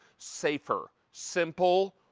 safer, simple,